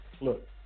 look